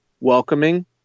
welcoming